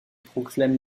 proclame